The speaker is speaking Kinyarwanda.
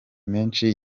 menshi